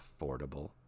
affordable